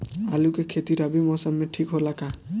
आलू के खेती रबी मौसम में ठीक होला का?